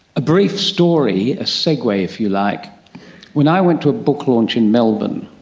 a brief story, a segue, if you like when i went to a book launch in melbourne,